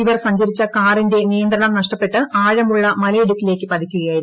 ഇവർ സഞ്ചരിച്ച കാറിന്റെ നിയന്ത്രണം നഷ്ടപ്പെട്ട് ആഴമുള്ള മലയിടുക്കിലേക്ക് പതിക്കുകയായിരുന്നു